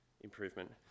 improvement